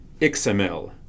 XML